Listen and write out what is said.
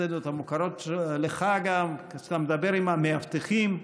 בסצנות המוכרות גם לך, כשאתה מדבר עם המאבטחים,